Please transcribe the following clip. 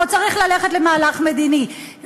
או שצריך ללכת למהלך מדיני-דיפלומטי,